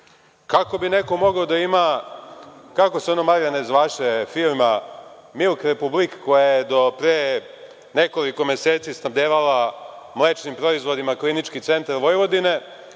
Kako bi neko mogao da ima, kako se ono Marijane zvaše firma „Milk republik“ koja je do pre nekoliko meseci snabdevala mlečnim proizvodima Klinički centar Vojvodine,